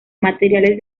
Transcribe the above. materiales